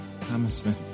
Hammersmith